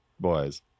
boys